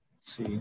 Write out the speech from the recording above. See